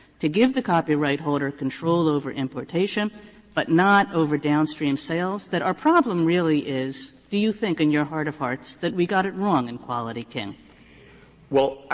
to give the copyright holder control over importation but not over downstream sales, that our problem really is, do you think in your heart of hearts that we got it wrong in quality king? stewart well,